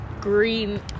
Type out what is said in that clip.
green